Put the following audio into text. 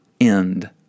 end